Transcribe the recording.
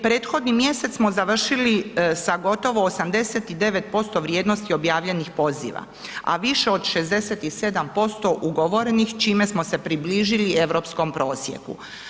Prethodni mjesec smo završili sa gotovo 89% vrijednosti objavljenih poziva, a više od 67% ugovorenih, čime smo se približili europskom prosjeku.